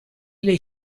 lei